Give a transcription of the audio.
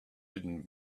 hidden